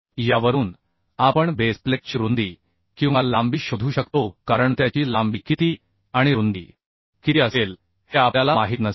यावरून आपण बेस प्लेटची रुंदी किंवा लांबी शोधू शकतो कारण त्याची लांबी किती आणि रुंदी किती असेल हे आपल्याला माहीत नसते